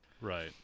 right